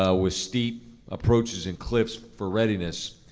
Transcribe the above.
ah with steep approaches and cliffs for readiness,